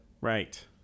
right